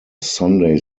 sunday